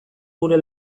gure